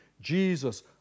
Jesus